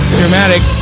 dramatic